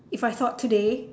if I thought today